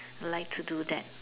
like to do that